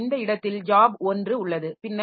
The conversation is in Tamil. எனவே இந்த இடத்தில் ஜாப் 1 உள்ளது